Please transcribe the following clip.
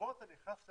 שבו אתה נכנס לאתר,